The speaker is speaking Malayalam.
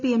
P M